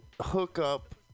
hookup